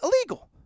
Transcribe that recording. illegal